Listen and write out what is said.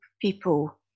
people